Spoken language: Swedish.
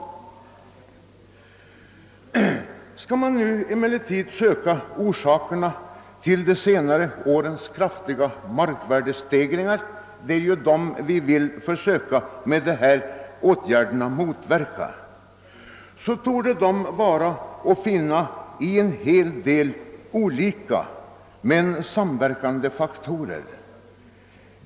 Söker vi nu efter orsakerna till de senaste årens kraftiga markvärdestegringar, eftersom det ju är dessa vi vill motverka med de föreslagna åtgärderna, torde det kunna pekas på en hel del olika men samverkande faktorer.